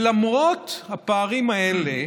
למרות הפערים האלה